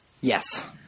Yes